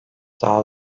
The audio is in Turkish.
daha